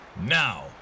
Now